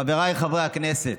חבריי חברי הכנסת,